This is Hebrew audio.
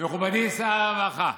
מכובדי שר הרווחה,